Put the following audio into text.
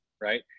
right